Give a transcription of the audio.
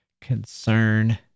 concern